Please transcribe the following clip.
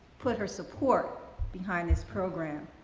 put her support behind this program.